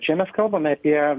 čia mes kalbame apie